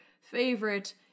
favorite